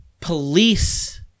Police